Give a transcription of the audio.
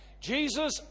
Jesus